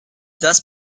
thus